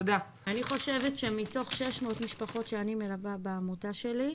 אני חושבת שמתוך 600 משפחות שאני מלווה בעמותה שלי,